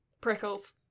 Prickles